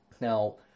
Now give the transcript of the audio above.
Now